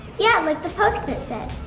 yeah, like the post-it said.